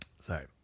Sorry